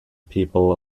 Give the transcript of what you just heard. people